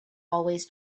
always